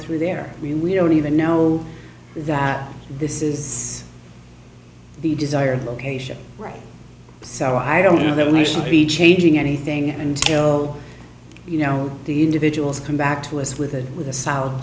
through their we we don't even know that this is the desired location right so i don't know that we should be changing anything until you know the individuals come back to us with a with a solid